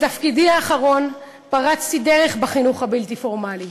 בתפקידי האחרון פרצתי דרך בחינוך הבלתי-פורמלי,